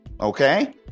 Okay